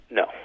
no